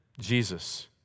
Jesus